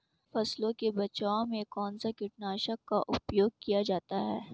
फसलों के बचाव में कौनसा कीटनाशक का उपयोग किया जाता है?